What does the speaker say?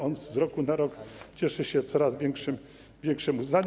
On z roku na rok cieszy się coraz większym uznaniem.